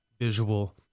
visual